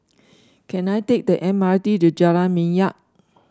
can I take the M R T to Jalan Minyak